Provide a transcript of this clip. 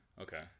okay